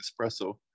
espresso